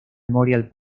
memorial